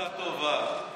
פרנסה טובה,